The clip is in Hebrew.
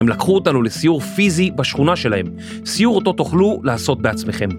הם לקחו אותנו לסיור פיזי בשכונה שלהם. סיור אותו תוכלו לעשות בעצמכם.